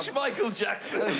michael jackson?